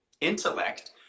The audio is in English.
intellect